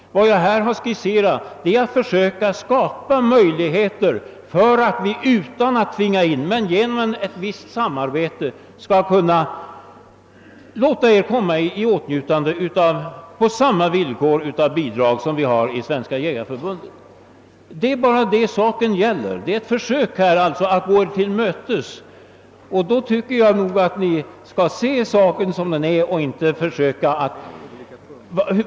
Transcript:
Det förslag jag här har skisserat har till syfte att försöka skapa möjligheter att genom ett visst samarbete — men utan att tvinga in er i vårt förbund — låta er komma i åtnjutande av bidrag på samma villkor som Svenska jägareförbundet. Detta är alltså ett försök att gå er till mötes. Jag tycker ni skall försöka se detta som det är.